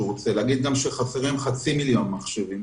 רוצה ולהגיד שחסרים גם חצי מיליון מחשבים,